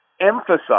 emphasize